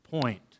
point